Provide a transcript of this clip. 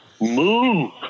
move